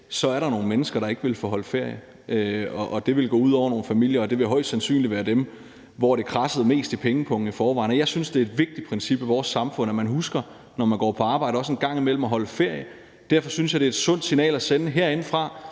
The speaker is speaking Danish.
der være nogle mennesker, der ikke ville få holdt ferie. Det ville gå ud over nogle familier, og det ville højst sandsynligt være dem, hvor det kradsede mest i pengepungen i forvejen. Jeg synes, det er et vigtigt princip i vores samfund, at man husker, når man går på arbejde, også en gang imellem at holde ferie. Derfor synes jeg, det er et sundt signal at sende herindefra,